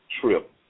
trip